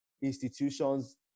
institutions